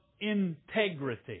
integrity